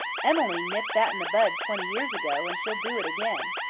emmeline nipped that in the bud twenty years ago, and she'll do it again.